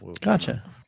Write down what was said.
Gotcha